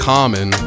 Common